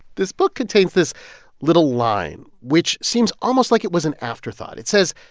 this book contains this little line, which seems almost like it was an afterthought. it says,